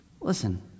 listen